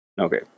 Okay